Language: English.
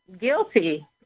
guilty